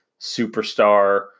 superstar